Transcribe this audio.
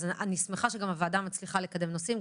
אז אני שמחה שהוועדה מצליחה גם לקדם נושאים.